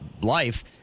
life